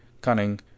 cunning